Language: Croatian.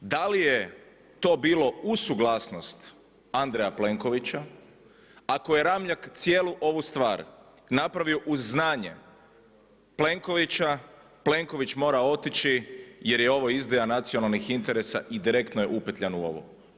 Da li je to bilo uz suglasnost Andreja Plenkovića ako je Ramljak cijelu ovu stvar napravio uz znanje Plenkovića, Plenković mora otići jer je ovo izdaja nacionalnih interesa i direktno je upetljan u ovo.